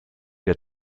wir